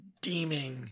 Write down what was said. deeming